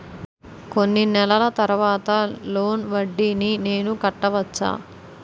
కొన్ని నెలల తర్వాత లోన్ వడ్డీని నేను కట్టవచ్చా?